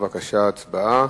בבקשה, הצבעה.